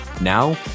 Now